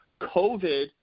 COVID